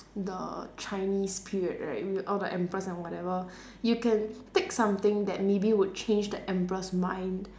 the chinese period right with all that emperors and whatever you can take something that maybe would change the emperor's mind